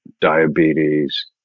diabetes